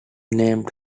named